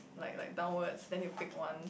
like like downwards then you pick one